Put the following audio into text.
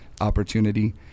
opportunity